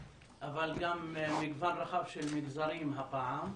אבל גם מגוון רחב של מגזרים הפעם.